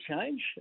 change